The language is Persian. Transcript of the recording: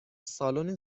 سالن